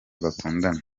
bakundana